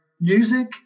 music